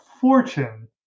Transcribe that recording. fortune